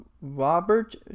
Robert